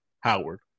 Howard